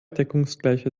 deckungsgleiche